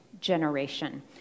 generation